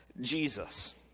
Jesus